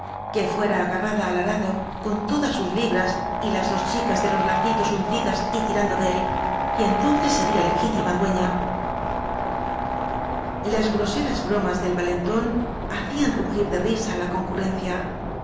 que fuera agarrada al arado con todas sus libras y las dos chicas de los lacitos uncidas y tirando de él y entonces sería legítima dueña las oroseras bromas del valentón hacían rugir de risa á la concurrencia